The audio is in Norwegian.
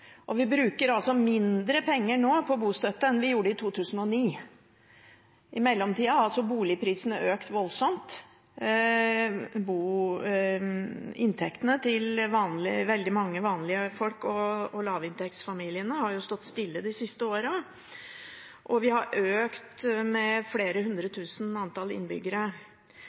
bostøtten. Vi bruker mindre penger på bostøtte nå enn vi gjorde i 2009. I mellomtida har boligprisene økt voldsomt, inntektene til veldig mange vanlige folk og til lavinntektsfamiliene har stått stille de siste årene, og antall innbyggere har økt med flere